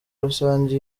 rusange